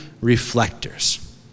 reflectors